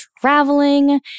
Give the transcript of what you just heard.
traveling